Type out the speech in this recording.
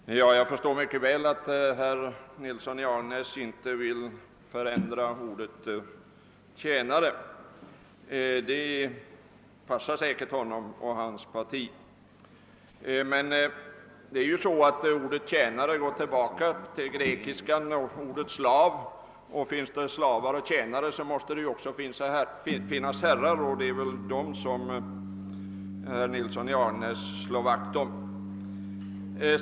Herr talman! Jag förstår mycket väl att herr Nilsson i Agnäs vill ha kvar ordet »tjänare»; det passar säkerligen honom och hans parti. Ordet tjänare går tillbaka till latinet och har samband med ordet »slav». Finns det slavar och tjänare, så måste det också finnas herrar, och det är väl deras intressen herr Nilsson i Agnäs vill slå vakt om.